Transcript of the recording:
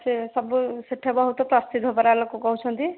ସେସବୁ ସେଇଠି ବହୁତ ପ୍ରସିଦ୍ଧ ପରା ଲୋକ କହୁଛନ୍ତି